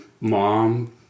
mom